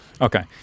Okay